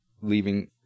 leaving